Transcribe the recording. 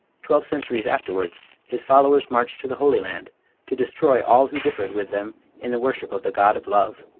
twelve centuries afterwards his followers marched to the holy land to destroy all who differed with them in the worship of the god of love.